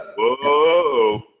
Whoa